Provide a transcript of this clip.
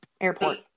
airport